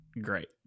great